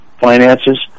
finances